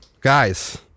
guys